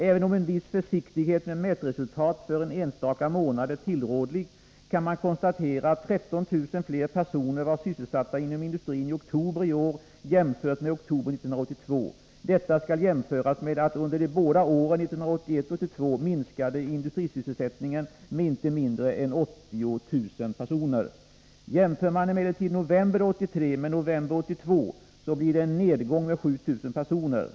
Även om en viss försiktighet med mätresultat för en enstaka månad är tillrådlig, kan man konstatera att 13 000 fler personer var sysselsatta inom industrin i oktober i år jämfört med oktober 1982. Detta skall jämföras med att industrisysselsättningen under de båda åren 1981-1982 minskade med inte mindre än 80 000 personer. Jämför man emellertid november 1983 med november 1982, finner man en nedgång med 7 000 personer.